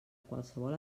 qualsevol